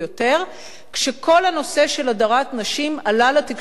כשכל הנושא של הדרת נשים עלה לתקשורת הבין-לאומית.